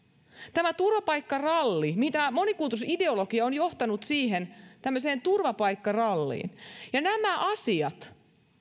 tämä turvapaikkaralli monikulttuurisuusideologia on johtanut siihen tämmöiseen turvapaikkaralliin ja nämä asiat